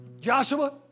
Joshua